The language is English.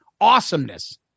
awesomeness